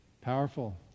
Powerful